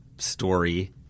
story